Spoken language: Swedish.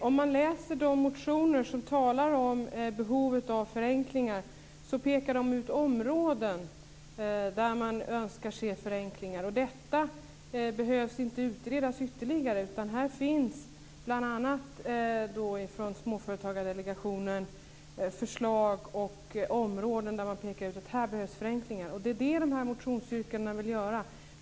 Fru talman! De motioner som talar om behovet av förenklingar pekar ut områden där man önskar se förenklingar. Detta behöver inte utredas ytterligare, utan här finns, bl.a. från Småföretagsdelegationen, förslag och områden inom vilka man pekar ut att det behövs förenklingar. Och det är det de här motionsyrkandena vill göra.